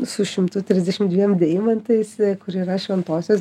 su šimtu trisdešim dviem deimantais kur yra šventosios